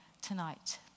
tonight